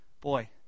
boy